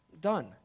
Done